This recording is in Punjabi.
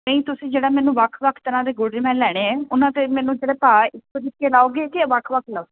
ਨਹੀਂ ਤੁਸੀਂ ਜਿਹੜਾ ਮੈਨੂੰ ਵੱਖ ਵੱਖ ਤਰ੍ਹਾਂ ਦੇ ਗੁੜ ਜਿਵੇਂ ਮੈਂ ਲੈਣੇ ਐ ਉਹਨਾਂ ਦੇ ਮੈਨੂੰ ਜਿਹੜੇ ਭਾਅ ਆ ਇੱਕੋ ਜਿਹੇ ਲਾਓਗੇ ਕਿ ਵੱਖ ਵੱਖ ਲਾਓਗੇ